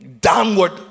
downward